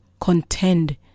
Contend